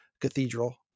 Cathedral